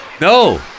No